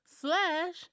slash